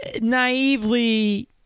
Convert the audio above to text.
naively